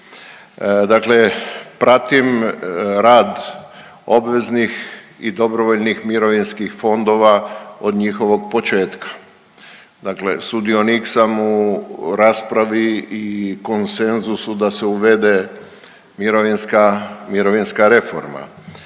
Dakle pratim rad obveznih i dobrovoljnih mirovinskih fondova od njihovog početka. Dakle sudionik sam u raspravi i konsenzusu da se uvede mirovinska,